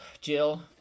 Jill